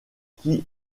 qui